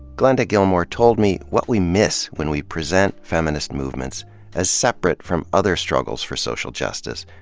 glenda gilmore told me what we miss when we present feminist movements as separate from other struggles for social justice,